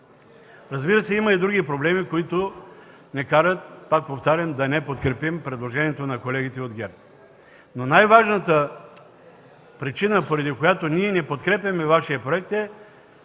Разбира се, има и други проблеми, които ни карат, пак повтарям, да не подкрепим предложението на колегите от ГЕРБ. Най-важната причина, поради която не подкрепяме Вашия проект,